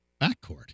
backcourt